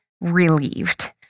relieved